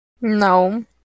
No